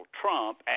Trump